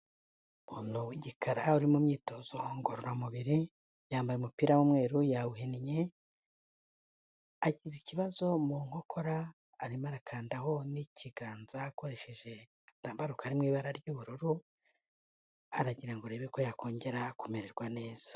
Umuntu w'igikara uri mu myitozo ngororamubiri yambaye umupira w'umweru yawuhinnye agize ikibazo mu nkokora arimo arakandaho n'ikiganza akoresheje agatambaro kari mu ibara ry'ubururu, aragira ngo arebe ko yakongera kumererwa neza.